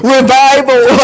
Revival